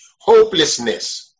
hopelessness